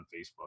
facebook